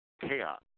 chaos